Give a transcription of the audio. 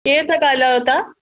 केरु था ॻालिहायो तां